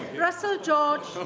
russell george